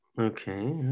Okay